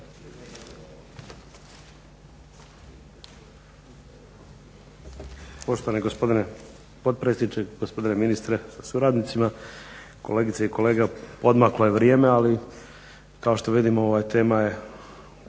Poštovani gospodine potpredsjedniče, gospodine ministre sa suradnicima, kolegice i kolege odmaklo je vrijeme ali kao što vidimo ova tema je